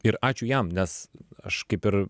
ir ačiū jam nes aš kaip ir